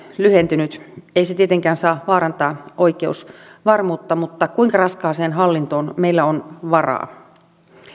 lyhentynyt ei se tietenkään saa vaarantaa oikeusvarmuutta mutta kuinka raskaaseen hallintoon meillä on varaa